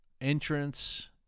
entrance